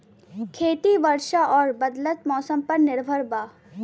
खेती वर्षा और बदलत मौसम पर निर्भर बा